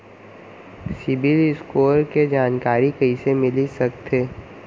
CIBIL score के जानकारी कइसे मिलिस सकथे?